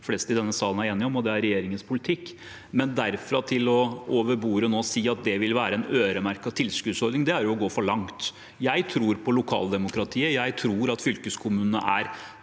de fleste i denne salen er enige om – og det er regjeringens politikk. Likevel, å gå derfra til nå, over bordet, å si at det vil være en øremerket tilskuddsordning, er å gå for langt. Jeg tror på lokaldemokratiet, jeg tror at fylkeskommunene er